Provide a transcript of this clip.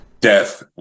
death